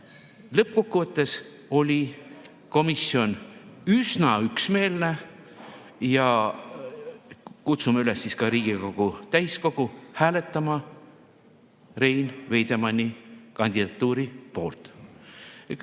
lõppkokkuvõttes oli komisjon üsna üksmeelne. Ja kutsume üles ka Riigikogu täiskogu hääletama Rein Veidemanni kandidatuuri poolt.